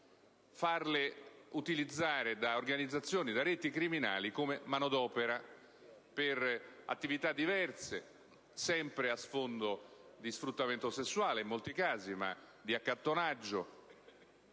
farle utilizzare da organizzazioni e da reti criminali come manodopera per attività diverse, a sfondo di sfruttamento sessuale in molti casi, ma anche di accattonaggio